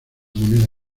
moneda